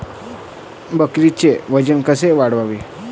बकरीचं वजन कस वाढवाव?